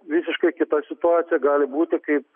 visiškai kita situacija gali būti kaip